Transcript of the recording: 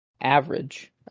average